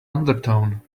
undertone